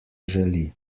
želi